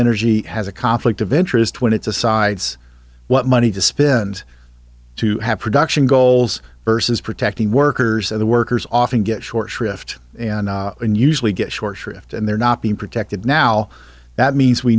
energy has a conflict of interest when it decides what money to spend to have production goals versus protecting workers and the workers often get short shrift and usually get short shrift and they're not being protected now that means we